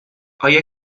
آیا